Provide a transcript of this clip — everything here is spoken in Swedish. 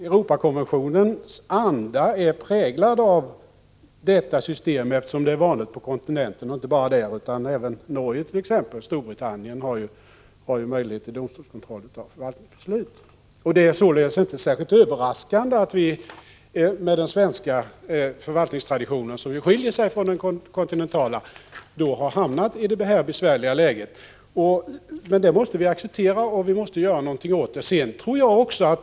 Europakonventionens anda är präglad av detta system, eftersom det är vanligt på kontinenten och även i Norge och Storbritannien, där det finns möjlighet till domstolskontroll av förvaltningsbeslut. Det är således inte särskilt överraskande att vi med den svenska förvaltningstraditionen, som skiljer sig från den kontinentala, har hamnat i detta besvärliga läge. Vi måste emellertid acceptera detta och göra någonting åt det.